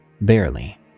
barely